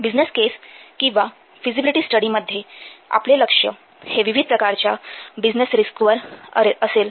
business case किंवा feasibility स्टडीमध्ये आपले लक्ष्य हे विविध प्रकारच्या बिझनेस रिस्क्स वर असेल